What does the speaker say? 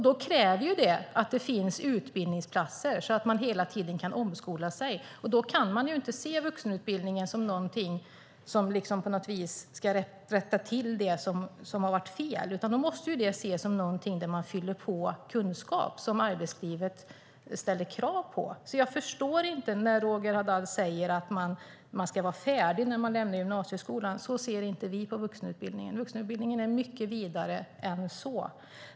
Det kräver att det finns utbildningsplatser så att människor hela tiden kan omskola sig. Då kan man inte se vuxenutbildningen som någonting som ska rätta till det som har varit fel, utan den måste ses som någonting där människor fyller på kunskap som arbetslivet ställer krav på. Jag förstår därför inte Roger Haddad när han säger att man ska vara färdig när man lämnar gymnasieskolan. Så ser inte vi på vuxenutbildningen. Vuxenutbildningen är mycket vidare än så.